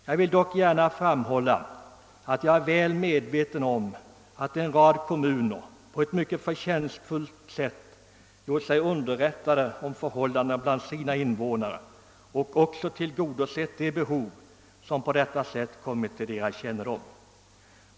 Jag vill dock gärna framhålla att jag är väl medveten om att en rad kommuner på ett mycket förtjänstfullt sätt gjort sig underrättade om förhållandena bland sina invånare och även tillgodosett de behov som på detta sätt kommit till deras kännedom.